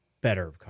better